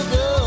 go